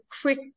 quick